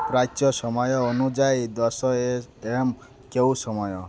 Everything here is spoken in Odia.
ପ୍ରାଚ୍ୟ ସମୟ ଅନୁଯାୟୀ ଦଶ ଏ ଏମ୍ କେଉଁ ସମୟ